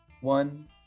One